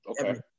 okay